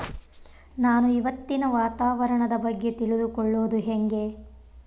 ನಾನು ಇವತ್ತಿನ ವಾತಾವರಣದ ಬಗ್ಗೆ ತಿಳಿದುಕೊಳ್ಳೋದು ಹೆಂಗೆ?